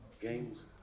Games